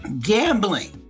gambling